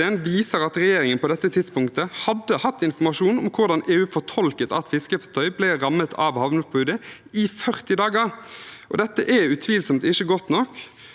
viser at regjeringen på dette tidspunktet hadde hatt informasjon om hvordan EU fortolket at fiskefartøy ble rammet av havneforbudet, i 40 dager. Dette er utvilsomt ikke godt nok,